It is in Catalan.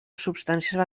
substàncies